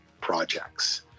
projects